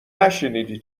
نشنیدی